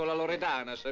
ah loredana, so